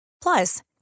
Plus